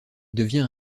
devient